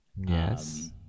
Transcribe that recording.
Yes